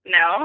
no